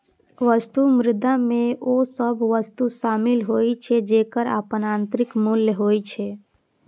वस्तु मुद्रा मे ओ सभ वस्तु शामिल होइ छै, जेकर अपन आंतरिक मूल्य होइ छै